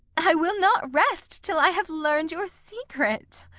i will not rest till i have learned your secret.